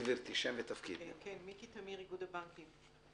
אני מאיגוד הבנקים.